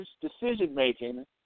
decision-making